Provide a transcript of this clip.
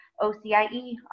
OCIE